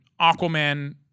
Aquaman –